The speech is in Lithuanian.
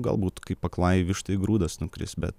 galbūt kaip aklai vištai grūdas nukris bet